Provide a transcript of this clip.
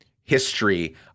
history